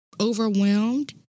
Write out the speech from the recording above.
overwhelmed